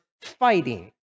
fighting